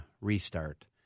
restart